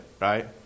Right